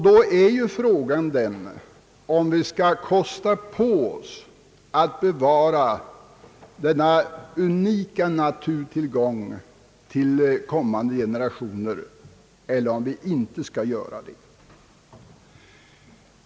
Då är frågan, om vi skall kosta på oss att bevara denna unika naturtillgång till kommande generationer eller om vi inte skall göra det.